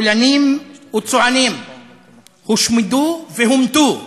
פולנים וצוענים הושמדו והומתו,